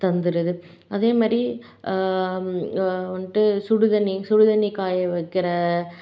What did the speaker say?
தந்திடுது அதே மாதிரி வந்துட்டு சுடு தண்ணி சுடு தண்ணி காய வைக்கிற